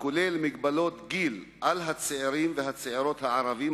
הכולל מגבלות גיל על הצעירים והצעירות הערבים